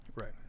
Right